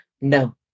No